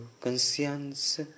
conscience